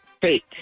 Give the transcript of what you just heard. Fake